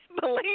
Believe